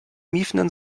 miefenden